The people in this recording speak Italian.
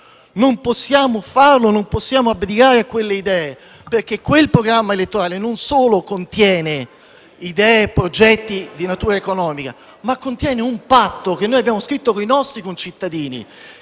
Non possiamo farlo e non possiamo abdicare a quelle idee, perché quel programma elettorale non solo contiene idee e progetti di natura economica, ma contiene un patto che abbiamo scritto con i nostri concittadini